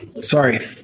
Sorry